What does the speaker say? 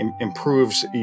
improves